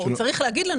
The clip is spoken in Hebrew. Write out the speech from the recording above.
הוא צריך להגיד לנו.